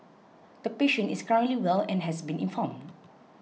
the patient is currently well and has been informed